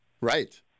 Right